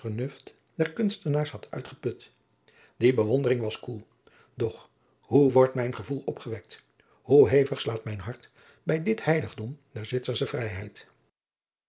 der kunstenaars had uitgeput die bewondering was koel doch hoe wordt mijn gevoel opgewekt hoe hevig slaat mijn hart bij dit heiligdom der zwitsersche vrijheid